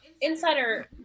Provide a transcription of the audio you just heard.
insider